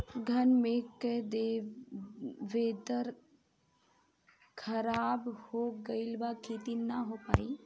घन मेघ से वेदर ख़राब हो गइल बा खेती न हो पाई